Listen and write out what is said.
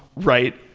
right?